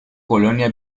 colonia